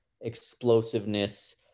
explosiveness